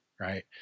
right